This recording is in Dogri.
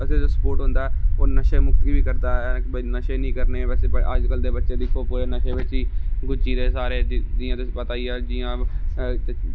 आक्खदे जो स्पोट होंदा ऐ ओह् नशा मुक्त बी करदा है भाई नशे नेईं करने बस अजकल दे बच्चे दिक्खो नशे बिच ही लग्गी गेदे सारे जियां तुसेंगी पता ही है